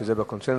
שזה בקונסנזוס?